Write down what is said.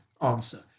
answer